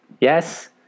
Yes